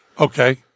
Okay